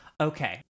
Okay